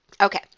Okay